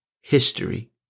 History